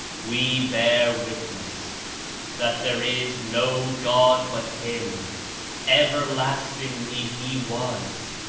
we bear witness that there is no god but him everlastingly he was,